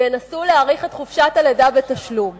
את חופשת הלידה בתשלום.